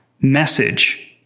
message